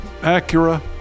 Acura